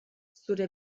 zure